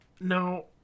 No